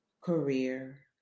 career